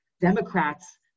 Democrats